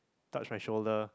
touch my shoulder